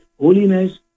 Holiness